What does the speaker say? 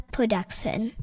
Production